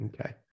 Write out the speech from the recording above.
Okay